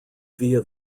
via